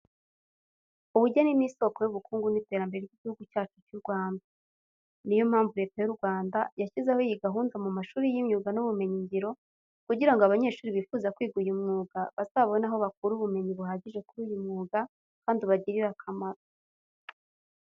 Ubugeni ni isoko y'ubukungu n'iterambere ry'Igihugu cyacyu cy'u Rwanda. Niyo mpamvu Leta y'u Rwanda yashyizeho iyi gahunda mu mashuri y'imyuga n'ubumenyingiro kugira ngo abanyeshuri bifuza kwiga uyu mwiga, bazabone aho bakura ubumenyi buhagije kuri uyu mwuga kandi ubagirire akamaro.